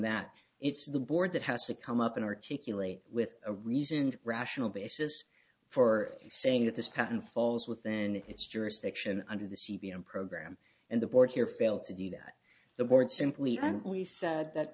that it's the board that has to come up and articulate with a reasoned rational basis for saying that this patent falls within its jurisdiction under the cvo program and the board here failed to do that the board simply we said that